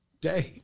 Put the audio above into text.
day